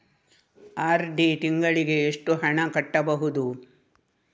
RD ತಿಂಗಳಿಗೆ ಎಷ್ಟು ಹಣ ಕಟ್ಟಬಹುದು?